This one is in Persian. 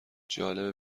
جالبه